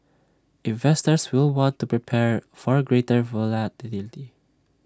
investors will want to prepare for greater volatility